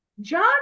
John